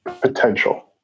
potential